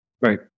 Right